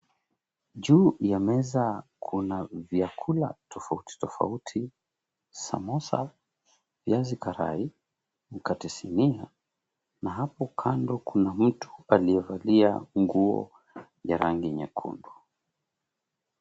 Juu ya meza kuna vyakula tofauti tofauti, samosa, viazi karai, mkate sinia na hapo kando kuna mtu aliyevalia nguo ya rangi nyekundu.